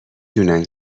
دونن